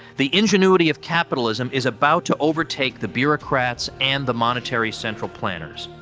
the ingenuity of capitalism is about to overtake the bureaucrats and the monetary central planners.